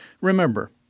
Remember